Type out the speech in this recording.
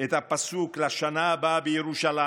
את הפסוק "לשנה הבאה בירושלים"